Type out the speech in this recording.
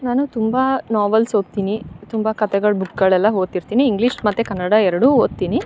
ನಾನು ತುಂಬ ನಾವೆಲ್ಸ್ ಓದ್ತಿನಿ ತುಂಬ ಕತೆಗಳ ಬುಕ್ಗಳೆಲ್ಲ ಓದ್ತಿರ್ತಿನಿ ಇಂಗ್ಲಿಷ್ ಮತ್ತು ಕನ್ನಡ ಎರಡು ಓದ್ತಿನಿ